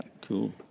Cool